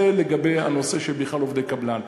זה לגבי הנושא של עובדי קבלן בכלל.